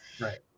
Right